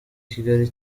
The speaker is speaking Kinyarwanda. kigali